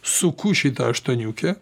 suku šitą aštuoniukę